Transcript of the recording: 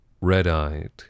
red-eyed